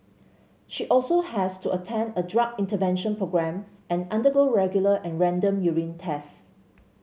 she also has to attend a drug intervention programme and undergo regular and random urine tests